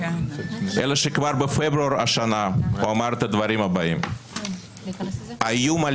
אלא שכבר בפברואר השנה הוא אמר את הדברים הבאים: "האיום על